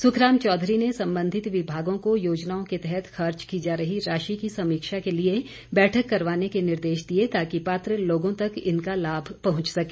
सुखराम चौधरी ने संबंधित विभागों को योजनाओं के तहत खर्च की जा रही राशि की समीक्षा के लिए बैठक करवाने के लिए निर्देश दिए ताकि पात्र लोगों तक इनका लाभ पहुंच सके